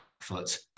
foot